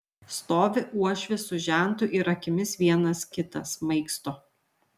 stovi uošvis su žentu ir akimis vienas kitą smaigsto